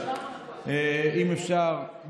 אם אפשר,